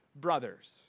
brothers